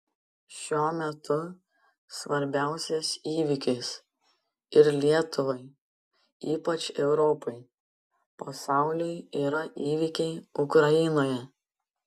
šiuo metu svarbiausias įvykis ir lietuvai ypač europai pasauliui yra įvykiai ukrainoje